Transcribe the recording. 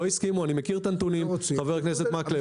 אני מכיר את הנתונים, חבר הכנסת מקלב.